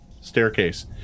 staircase